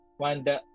wanda